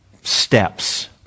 steps